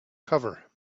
cover